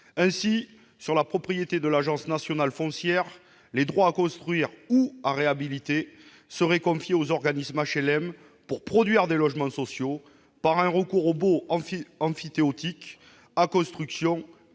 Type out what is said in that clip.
terrains appartenant à cette agence nationale foncière, les droits à construire ou à réhabiliter seraient confiés aux organismes HLM, pour produire des logements sociaux par un recours aux baux emphytéotiques à construction